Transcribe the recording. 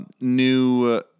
new